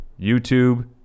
YouTube